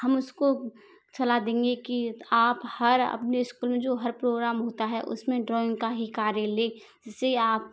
हम उसको सलाह देंगे की आप हर अपने इस्कूल में जो हर प्रोग्राम होता है उसमें ड्राइंग का ही कार्य लें जिससे आप